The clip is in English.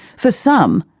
for some,